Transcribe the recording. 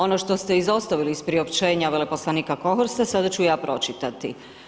Ono što ste izostavili iz priopćenja veleposlanika Kohorsta sada ću ja pročitati.